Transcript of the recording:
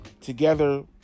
together